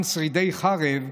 עם שרידי חרב,